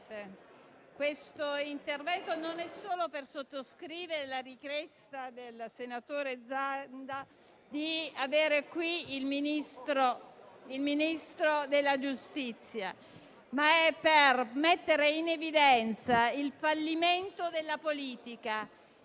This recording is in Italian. intervengo non solo per sottoscrivere la richiesta del senatore Zanda di avere qui il Ministro della giustizia, ma per mettere in evidenza il fallimento della politica.